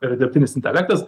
ir dirbtinis intelektas